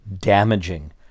damaging